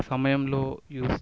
సమయంలో యూస్